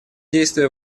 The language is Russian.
действия